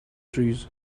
trees